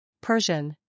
Persian